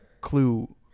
clue